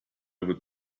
would